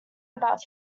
about